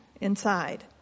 inside